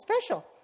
special